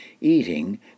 eating